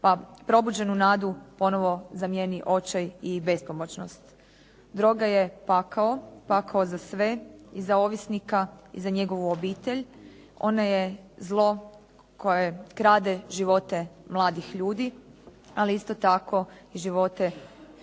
pa probuđenu nadu ponovno zamijeni očaj i bespomoćnost. Droga je pakao, pakao za sve i za ovisnika i za njegovu obitelj. Ona je zlo koje krade živote mladih ljudi, ali isto tako i živote